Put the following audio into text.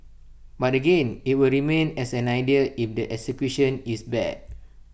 but again IT will remain as an idea if the execution is bad